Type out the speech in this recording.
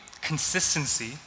consistency